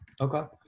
Okay